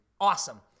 Awesome